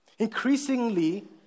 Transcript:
Increasingly